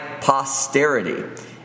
posterity